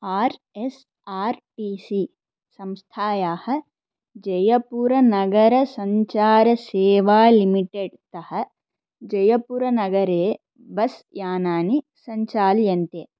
R S R T C संस्थायाः जयपुरनगरसञ्चारसेवालिमिटेड् तः जयपुरनगरे बस् यानानि सञ्चाल्यन्ते